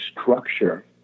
structure